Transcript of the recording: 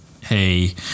hey